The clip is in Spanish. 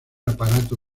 aparato